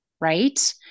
Right